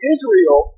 Israel